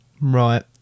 Right